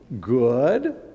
good